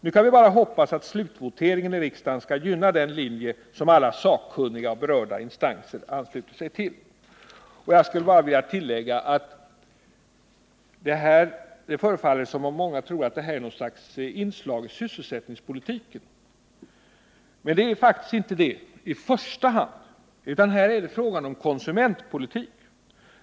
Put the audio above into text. Nu kan vi bara hoppas att slutvoteringen i riksdagen ska gynna den linje som alla sakkunniga och berörda instanser anslutit sig tilll” Jag skulle bara vilja tillägga att det förefaller som om många tror att det här är någon sorts inslag i sysselsättningspolitiken. Men det är det faktiskt inte i första hand, utan här är det fråga om konsumentpolitik.